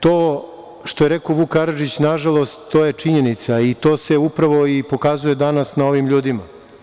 To što je rekao Vuk Karadžić, nažalost, je činjenica i to se upravo i pokazuje danas na ovim ljudima.